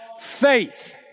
faith